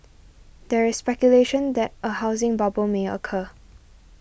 there is speculation that a housing bubble may occur